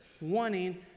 wanting